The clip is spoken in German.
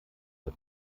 zur